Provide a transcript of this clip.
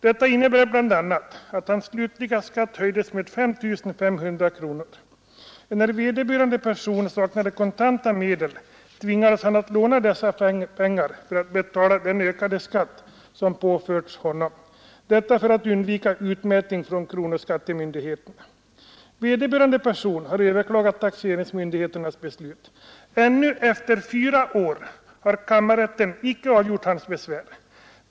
Detta innebar bl.a. att hans slutliga skatt höjdes med 5 500 kronor. Enär vederbörande person saknade kontanta medel tvingades han att låna dessa pengar för att betala den ökade skatt som påförts honom — detta för att undvika utmätning från kronofogdemyndigheten. Vederbörande person har överklagat taxeringsmyndigheternas beslut. Ännu efter fyra år har kammarrätten icke avgjort hans besvär.